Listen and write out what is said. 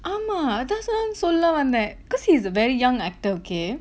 ஆமா அதசான் சொல்ல வந்தேன்:aamaa athasan solla vanthaen so long on that cause he's a very young actor okay